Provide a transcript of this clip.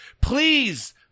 Please